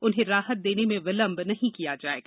उन्हें राहत देने में विलंब नहीं किया जायेगा